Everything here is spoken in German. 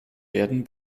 werden